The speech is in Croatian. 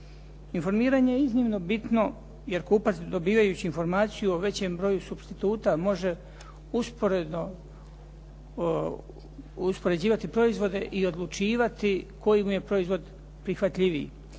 Informiranje je iznimno bitno jer kupac dobivajući informaciju o većem broju supstituta može usporedno uspoređivati proizvode i odlučivati koji mu je proizvod prihvatljiviji.